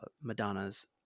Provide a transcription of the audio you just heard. Madonna's